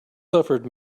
suffered